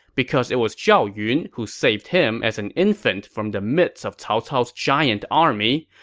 because it was zhao yun who saved him as an infant from the midst of cao cao's giant army,